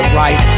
right